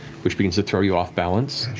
which begins to throw you off-balance,